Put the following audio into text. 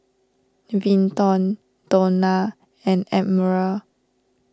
Vinton Donna and Admiral